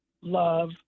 love